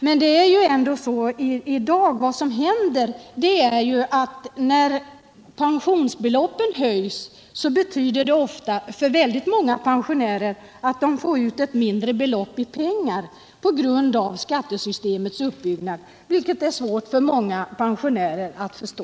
Men när pensionsbeloppen höjs betyder det ändå ofta, på grund av skattesystemets uppbyggnad, att många pensionärer får ut ett lägre belopp i pengar än tidigare, vilket är svårt för många av dem att förstå.